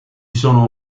sono